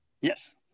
Yes